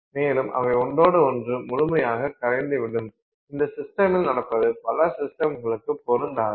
மேலும் அவை ஒன்றொடு ஒன்று முழுமையாகக் கரைந்துவிடும் இந்த சிஸ்டமில் நடப்பது பல சிஸ்டம்களுக்கு பொருந்தாது